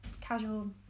Casual